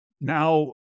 Now